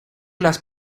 las